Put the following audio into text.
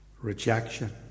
rejection